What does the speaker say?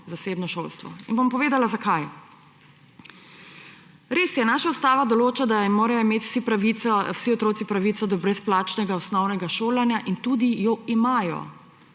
zasebno šolstvo. Bom povedala zakaj. Res je, naša ustava določa, da morajo imeti vsi otroci pravico do brezplačnega osnovnega šolanja, in tudi jo imajo.